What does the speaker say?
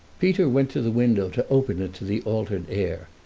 peter went to the window to open it to the altered air,